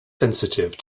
sensitive